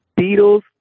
Beatles